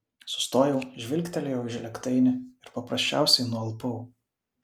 sustojau žvilgtelėjau į žlėgtainį ir paprasčiausiai nualpau